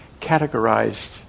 categorized